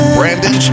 Brandon